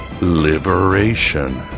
Liberation